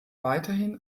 weiterhin